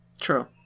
True